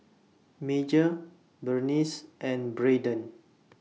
Major Berniece and Brayden